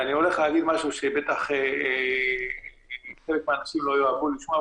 ואני הולך להגיד משהו שבטח לא יאהבו לשמוע.